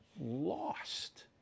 lost